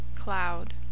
cloud